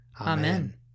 Amen